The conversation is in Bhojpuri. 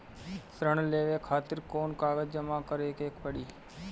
ऋण लेवे खातिर कौन कागज जमा करे के पड़ी?